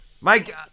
Mike